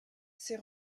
ses